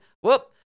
whoop